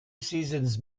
seasons